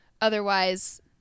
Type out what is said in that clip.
Otherwise